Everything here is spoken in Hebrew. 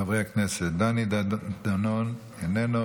חבר הכנסת דני דנון, איננו.